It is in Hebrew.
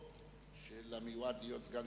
שם אין סגר.